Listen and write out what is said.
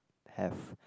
have